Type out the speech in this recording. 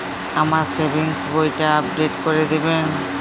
আমার সেভিংস বইটা আপডেট করে দেবেন?